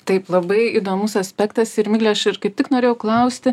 taip labai įdomus aspektas ir migle aš ir kaip tik norėjau klausti